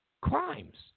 crimes